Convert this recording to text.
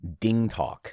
DingTalk